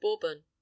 Bourbon